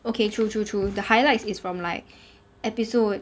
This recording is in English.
okay true true true the highlights is from like episode